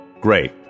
Great